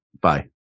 Bye